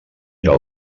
era